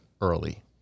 early